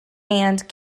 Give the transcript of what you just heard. and